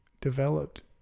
developed